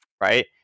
right